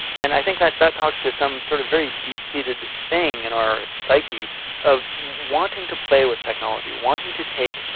and i think that that talks to some sort of very deep-seated thing in our psyche of wanting to play with technology, wanting to take,